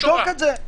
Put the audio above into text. אני אבדוק את זה.